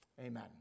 Amen